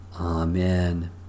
Amen